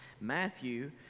Matthew